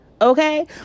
Okay